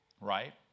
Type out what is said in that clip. Right